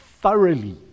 thoroughly